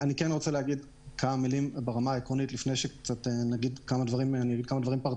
אני רוצה לומר כמה מילים ברמה העקרונית לפני הדברים הפרטניים.